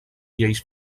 lleis